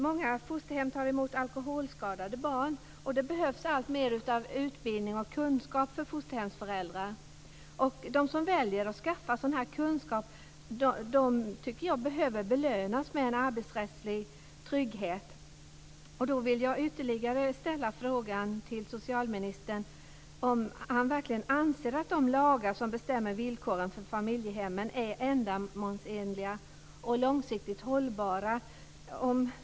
Många fosterhem tar emot alkoholskadade barn, och det behövs alltmer av utbildning och kunskap för fosterhemsföräldrar. De som väljer att skaffa denna kunskap tycker jag behöver belönas med en arbetsrättslig trygghet. Därför vill jag ställa en ytterligare fråga till socialministern: Anser han verkligen att de lagar som bestämmer villkoren för familjehemmen är ändamålsenliga och långsiktigt hållbara?